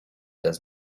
does